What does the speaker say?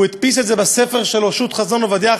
והדפיס את זה בספר שלו "שו"ת חזון עובדיה,